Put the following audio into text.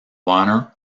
honor